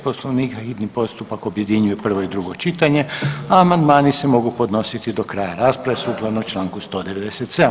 Poslovnika, hitni postupak objedinjuje prvo i drugo čitanje, a amandmani se mogu podnositi do kraja rasprave sukladno čl. 197.